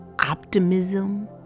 optimism